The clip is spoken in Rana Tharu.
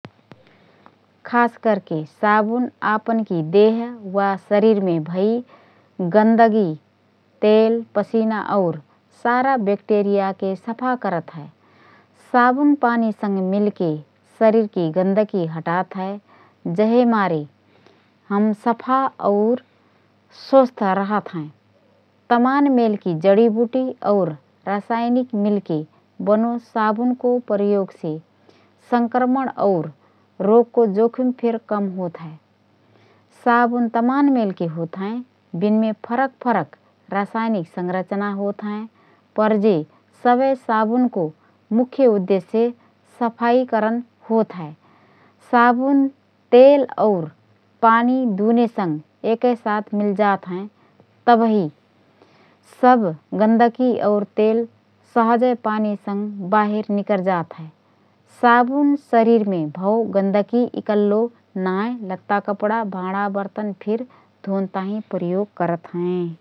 खास करके साबुन आपनकी देह वा शरीरमे भइ गन्दगी, तेल, पसिना और सारा ब्याक्टेरियाके सफा करत हए । साबुन पानीसँग मिलके शरीरकी गन्दगी हटात हए । जहेमारे हम सफा और स्वस्थ रहत हएँ । तमान मेलकी जडीबुटी और रसायनिक मिलके बनो साबुनको प्रयोगसे संक्रमण और रोगको जोखिम फिर कम होतहए । साबुन तमान मेलके होतहएँ । बिनमे फरक फरक रसायनिक संरचना होतहएँ, पर जे सबए साबुनको मुख्य उद्देश्य सफाई करन होतहए । साबुन तेल और पानी दुनेसँग एकएसाथ मिल्जात हए । तबही सब गन्दगी और तेल सहजए पानीसँग बाहिर निकरजात हए । साबुन शरीरमे भओ गन्दगी इकल्लो नाएँ लत्ता कपडा, भाँडा वर्तन फिर धोन ताहिँ प्रयोग करत हएँ ।